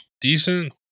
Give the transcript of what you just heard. decent